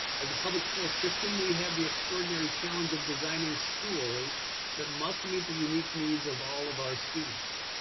as a public school system, we have the extraordinary challenge of designing schools that must meet the unique needs of all of our students.